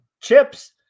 chips